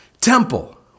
temple